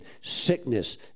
sickness